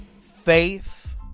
faith